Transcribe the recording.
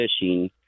fishing